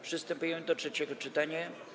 Przystępujemy do trzeciego czytania.